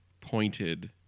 pointed